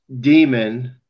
demon